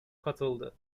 katıldı